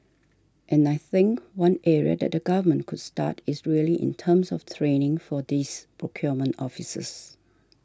and I think one area that the Government could start is really in terms of training for these procurement officers